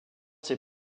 ses